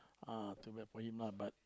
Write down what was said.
ah too bad for him ah but